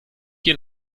hier